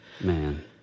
Man